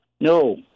No